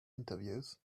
interviews